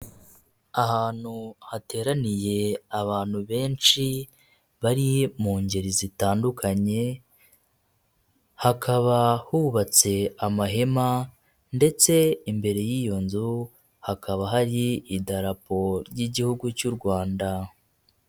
Ahantu hateraniye abantu benshi bari mu ngeri zitandukanye, hakaba hubatse amahema, ndetse imbere y'iyo nzu hakaba hari idarapo ry'igihugu cy'u Rwanda.